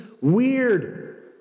weird